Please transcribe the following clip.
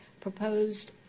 proposed